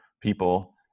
people